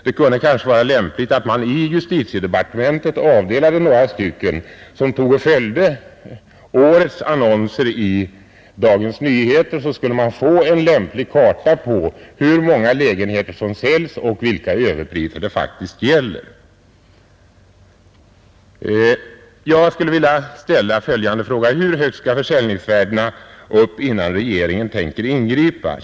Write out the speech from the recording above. Det kunde kanske vara lämpligt att man i justitiedepartementet avdelade några personer som följde årets annonser i Dagens Nyheter. Då skulle man få en karta över hur många lägenheter som säljs och vilka överpriser det faktiskt gäller. Jag skulle vilja ställa följande fråga: Hur högt skall försäljningsvärdena upp innan regeringen tänker ingripa?